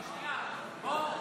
בוא,